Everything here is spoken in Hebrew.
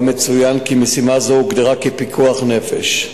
מצוין כי משימה זו הוגדרה כפיקוח נפש,